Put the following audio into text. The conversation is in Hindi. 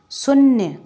शून्य